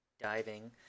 diving